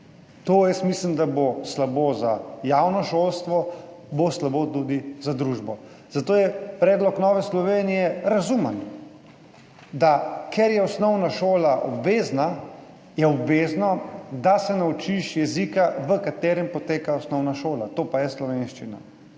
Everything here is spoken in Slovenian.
To jaz mislim, da bo slabo za javno šolstvo, bo slabo tudi za družbo. Zato je predlog Nove Slovenije razumen. Ker je osnovna šola obvezna, je obvezno, da se naučiš jezika, v katerem poteka osnovna šola, to pa je slovenščina.